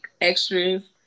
extras